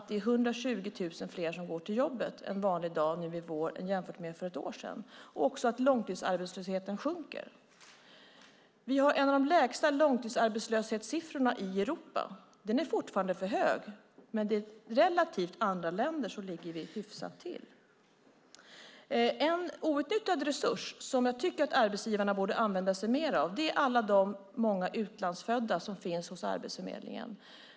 Det är 120 000 fler som går till jobbet en vanlig dag nu i vår jämfört med för ett år sedan. Långtidsarbetslösheten sjunker också. Vi har en av de lägsta långtidsarbetslöshetssiffrorna i Europa. Den är fortfarande för hög, men relativt andra länder ligger vi hyfsat till. En outnyttjad resurs som jag tycker att arbetsgivarna borde använda sig mer av är alla de många utlandsfödda som finns hos Arbetsförmedlingen.